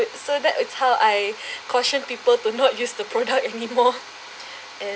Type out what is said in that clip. so that is how I cautioned people to not use the product any more and